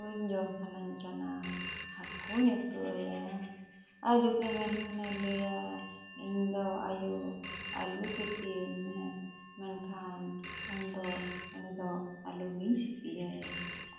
ᱦᱟᱹᱠᱩᱧ ᱡᱚᱢ ᱥᱟᱱᱟᱧ ᱠᱟᱱᱟ ᱦᱟᱹᱠᱩᱧ ᱩᱛᱩ ᱟᱭᱟ ᱟᱨ ᱡᱩᱫᱤ ᱢᱮᱱᱠᱷᱟᱱᱮ ᱞᱟᱹᱭᱟ ᱤᱧ ᱫᱚ ᱟᱭᱳ ᱟᱞᱩ ᱥᱤᱯᱤ ᱟᱹᱧ ᱢᱮ ᱢᱮᱱᱠᱷᱟᱱ ᱩᱱᱫᱚ ᱩᱱᱤ ᱫᱚ ᱟᱞᱩ ᱜᱤᱧ ᱥᱤᱯᱤ ᱟᱭᱟ